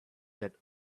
that